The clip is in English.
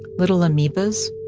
little amoebas.